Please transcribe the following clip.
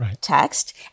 text